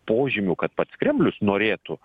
požymių kad pats kremlius norėtų